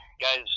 Guys